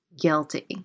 guilty